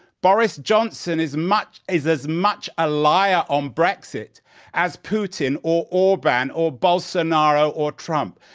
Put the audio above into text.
boris johnson is much is as much a liar on brexit as putin or orban or bolsonaro or trump.